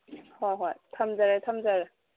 ꯍꯣꯏ ꯍꯣꯏ ꯊꯝꯖꯔꯦ ꯊꯝꯖꯔꯦ